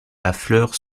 affleure